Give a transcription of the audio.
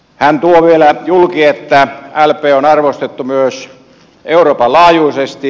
hän tuo vielä julki että lp on arvostettu myös euroopan laajuisesti